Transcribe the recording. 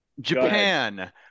Japan